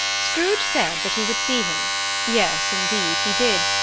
scrooge said that he would see him yes, indeed he did.